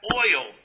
oil